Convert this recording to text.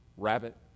Rabbit